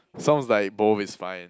sounds like both is fine